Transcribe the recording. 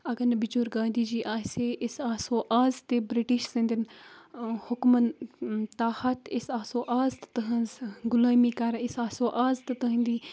اگر نہٕ بِچور گاندھی جی آسہِ ہے أسۍ آسو آز تہِ بِرٛٹِش سٕنٛدٮ۪ن حُکمَن تحت أسۍ آسو آز تہِ تٕہٕنٛز غُلٲمی کَر أسۍ آسو آز تہِ تٕہنٛدی